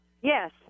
Yes